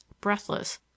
breathless